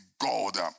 God